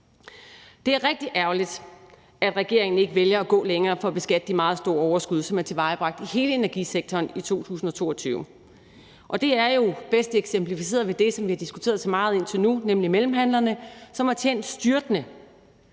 Det er rigtig ærgerligt, at regeringen ikke vælger at gå længere for at beskatte de meget store overskud, som er tilvejebragt i hele energisektoren i 2022. Og det er jo bedst eksemplificeret ved det, som vi har diskuteret så meget indtil nu, nemlig mellemhandlerne, som har tjent styrtende.